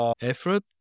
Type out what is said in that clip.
effort